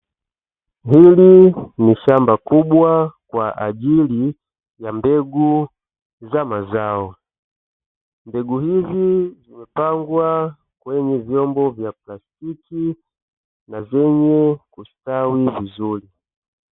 Hili ni shamba kubwa kwa ajili ya mbegu za mazao, mbegu hizi hupandwa kwenye vyombo vya plastiki na zenye kustawi vizuri.